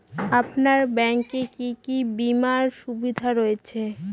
আপনার ব্যাংকে কি কি বিমার সুবিধা রয়েছে?